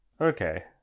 Okay